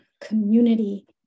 community